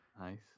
Nice